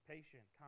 Patient